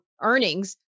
earnings